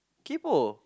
kaypo